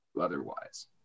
otherwise